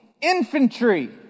infantry